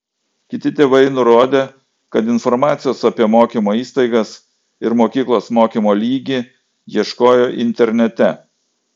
kiti tėvai nurodė kad informacijos apie mokymo įstaigas ir mokyklos mokymo lygį ieškojo internete